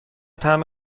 طعم